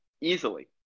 easily